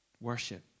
Worship